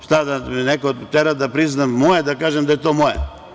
Šta da me neko tera da priznam moje, da kažem da je to moje.